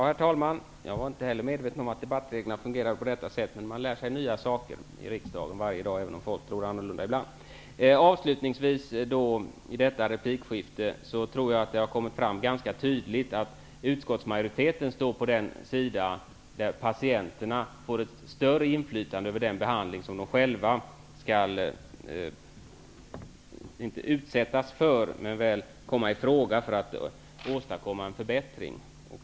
Herr talman! Jag tror att det har framgått ganska tydligt att utskottsmajoriteten står på den sida där patienterna får ett större inflytande över den behandling som de själva väljer för att kunna åstadkomma en förbättring.